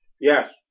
Yes